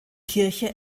kirche